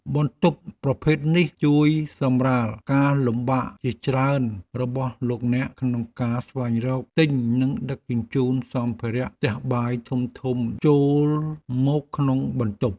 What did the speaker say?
បន្ទប់ប្រភេទនេះជួយសម្រាលការលំបាកជាច្រើនរបស់លោកអ្នកក្នុងការស្វែងរកទិញនិងដឹកជញ្ជូនសម្ភារៈផ្ទះបាយធំៗចូលមកក្នុងបន្ទប់។